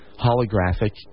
holographic